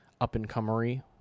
up-and-comery